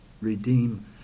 redeem